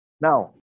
Now